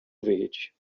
verde